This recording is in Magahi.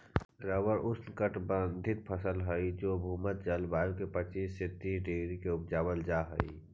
रबर ऊष्णकटिबंधी फसल हई जे भूमध्य जलवायु में पच्चीस से तीस डिग्री में उपजावल जा हई